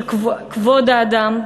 של כבוד האדם.